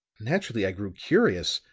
naturally i grew curious.